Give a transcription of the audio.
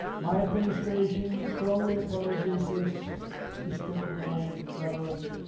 my administration strongly opposes this despicable rhetoric.